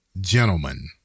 gentlemen